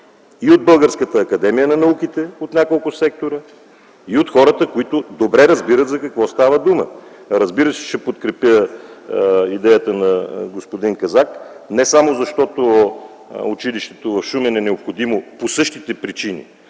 и от Българската академия на науките от няколко сектора, и от хората, които добре разбират за какво става дума. Разбира се, че ще подкрепя идеята на господин Казак, не само защото училището в Шумен е необходимо по същите причини,